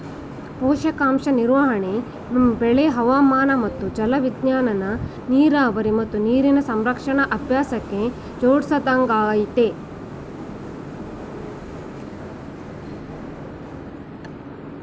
ಪೋಷಕಾಂಶ ನಿರ್ವಹಣೆ ಬೆಳೆ ಹವಾಮಾನ ಮತ್ತು ಜಲವಿಜ್ಞಾನನ ನೀರಾವರಿ ಮತ್ತು ನೀರಿನ ಸಂರಕ್ಷಣಾ ಅಭ್ಯಾಸಕ್ಕೆ ಜೋಡ್ಸೊದಾಗಯ್ತೆ